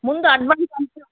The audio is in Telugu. ముందు అడ్వాన్స్